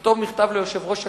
לכתוב מכתב ליושב-ראש הכנסת,